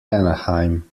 anaheim